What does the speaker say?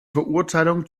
verurteilung